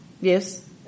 Yes